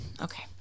Okay